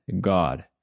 God